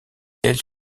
elle